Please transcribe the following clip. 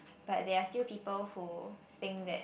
but there are still people who think that